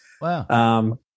Wow